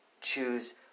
choose